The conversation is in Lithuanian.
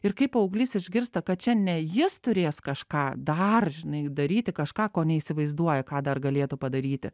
ir kai paauglys išgirsta kad čia ne jis turės kažką dar žinai daryti kažką ko neįsivaizduoja ką dar galėtų padaryti